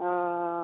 অঁ